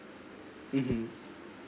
(uh huh)